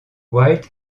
white